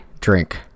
drink